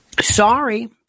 Sorry